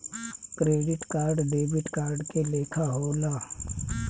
credit card debit card के लेखा होला